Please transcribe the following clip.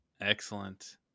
Excellent